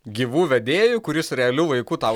gyvų vedėju kuris realiu laiku tau